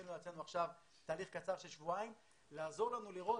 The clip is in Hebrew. שהתחילה אצלנו עכשיו תהליך קצר של שבועיים לעזור לנו לראות